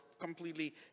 completely